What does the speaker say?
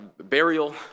burial